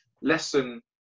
lesson